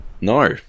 no